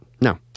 no